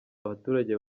abaturage